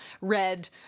red